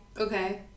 Okay